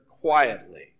quietly